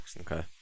Okay